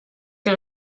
que